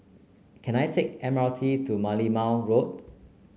can I take M R T to Merlimau Road